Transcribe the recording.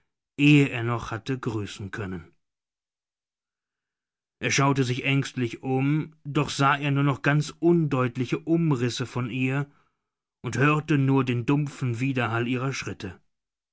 ehe er noch hatte grüßen können er schaute sich ängstlich um doch sah er nur noch ganz undeutliche umrisse von ihr und hörte nur den dumpfen widerhall ihrer schritte